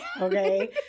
okay